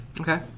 Okay